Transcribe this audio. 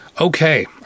Okay